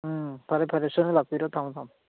ꯎꯝ ꯐꯔꯦ ꯐꯔꯦ ꯁꯣꯏꯗꯅ ꯂꯥꯛꯄꯤꯔꯣ ꯊꯝꯃꯣ ꯊꯝꯃꯣ